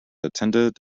attended